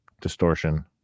distortion